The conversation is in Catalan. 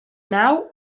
nau